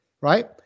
right